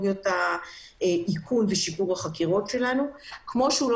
אני שם